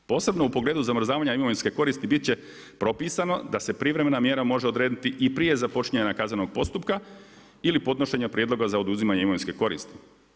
Posebno u pogledu zamrzavanja imovinske koristi bit će propisano da se privremena mjera može odrediti i prije započinjanja kaznenog postupka ili podnošenja prijedloga za oduzimanje imovinske koristi.